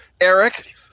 Eric